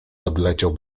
odleciał